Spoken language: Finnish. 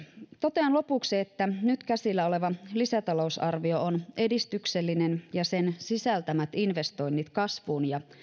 totean lopuksi että nyt käsillä oleva lisätalousarvio on edistyksellinen ja sen sisältämät investoinnit kasvuun ja